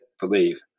believe